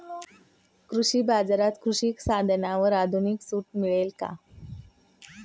कृषी बाजारात कृषी साधनांवर अधिक सूट मिळेल का?